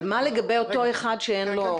אבל מה לגבי אותו אחד שאין לו?